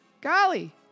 Golly